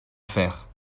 fère